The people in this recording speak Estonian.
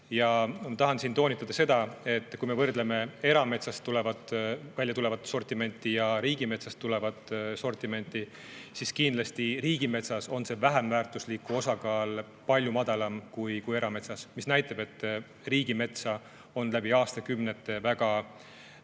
Ma tahan toonitada, et kui me võrdleme erametsast väljatulevat sortimenti ja riigimetsast väljatulevat sortimenti, siis kindlasti on riigimetsas see vähem väärtusliku osakaal palju madalam kui erametsas. See näitab, et riigimetsa on läbi aastakümnete väga